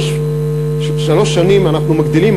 שלוש שנים אנחנו מגדילים,